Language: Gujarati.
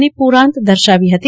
ની પૂરાંત દર્શાવી હતી